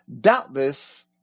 doubtless